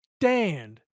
stand